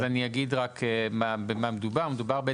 מדובר,